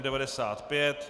95.